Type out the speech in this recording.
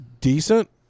decent